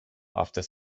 after